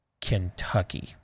Kentucky